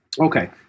Okay